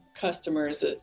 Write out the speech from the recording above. customers